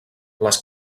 les